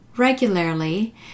regularly